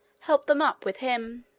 help them up with him.